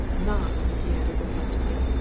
not, he added reflectively,